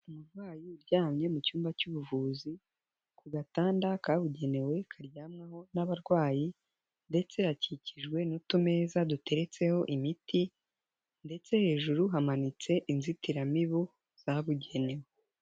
Umurwayi uryamye mu cyumba cy'ubuvuzi ku gatanda kabugenewe karyamwaho n'abarwayi, ndetse hakikijwe n'utumeza duteretseho imiti, ndetse hejuru hamanitse inzitiramibu zabugenewe.